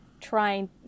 trying